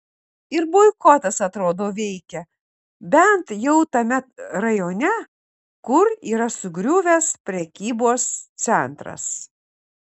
ir boikotas atrodo veikia bent jau tame rajone kur yra sugriuvęs prekybos centras